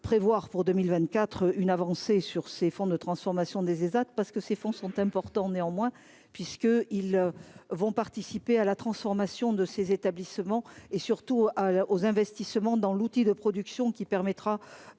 prévoir pour 2024 une avancée sur ces fonds de transformation des ESAT parce que ces fonds sont importants néanmoins puisque ils vont participer à la transformation de ces établissements et surtout à la aux investissements dans l'outil de production qui permettra